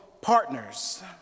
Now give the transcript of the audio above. partners